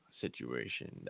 situation